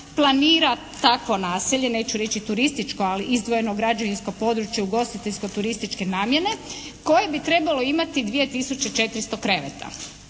planira takvo naselje, neću reći turističko, ali izdvojeno građevinsko područje ugostiteljsko-turističke namjene koje bi trebalo imati 2 tisuće 400 kreveta.